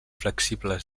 flexibles